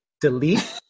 Delete